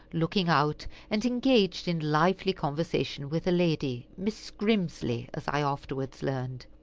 looking out, and engaged in lively conversation with a lady, mrs. grimsly, as i afterwards learned.